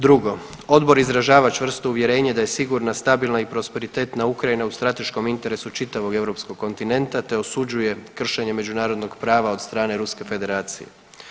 Drugo, odbor izražava čvrsto uvjerenje da je sigurna, stabilna i prosperitetna Ukrajina u strateškom interesu čitavog europskog kontinenta te osuđuje kršenje međunarodnog prava od strane Ruske Federacije.